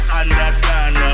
understand